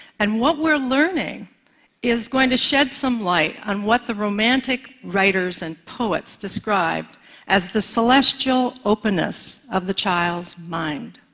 and what we're learning is going to shed some light on what the romantic writers and poets describe as the celestial openness of the child's mind.